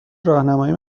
راهنماییم